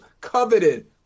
coveted